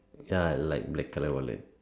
ya I like black colour wallet